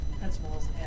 principles